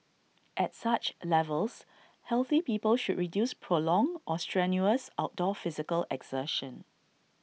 at such levels healthy people should reduce prolonged or strenuous outdoor physical exertion